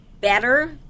better